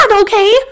okay